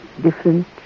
different